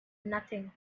nothing